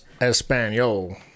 Espanol